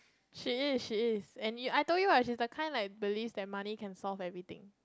she is she is and I told you she's the kind that believes money can solve everything